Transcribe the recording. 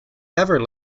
ever